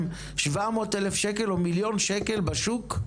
700,000 שקלים או מיליון שקלים בשוק?